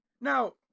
Now –